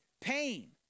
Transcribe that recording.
pain